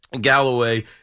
Galloway